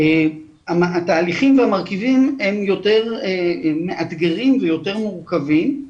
התהליכים והמרכיבים הם יותר מאתגרים ויותר מורכבים-